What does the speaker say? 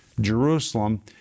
Jerusalem